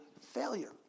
failure